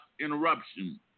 interruption